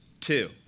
two